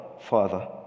Father